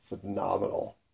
phenomenal